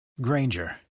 Granger